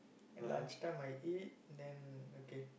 at lunch time I eat then okay